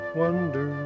wonder